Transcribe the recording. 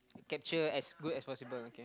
capture as good as possible okay